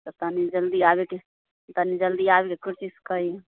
तऽ तनी जल्दी आबेके तनी जल्दी आबे के कोशिश करिऔ